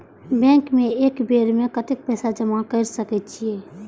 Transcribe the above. Bank में एक बेर में कतेक पैसा जमा कर सके छीये?